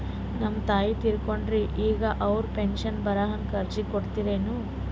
ನಮ್ ತಾಯಿ ತೀರಕೊಂಡಾರ್ರಿ ಈಗ ಅವ್ರ ಪೆಂಶನ್ ಬರಹಂಗ ಅರ್ಜಿ ಕೊಡತೀರೆನು?